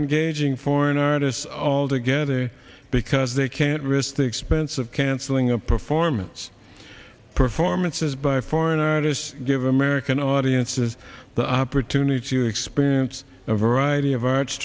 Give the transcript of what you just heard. engaging foreign artists altogether because they can't risk the expense of canceling a performance performances by foreign artists give american audiences the opportunity to experience a variety of ar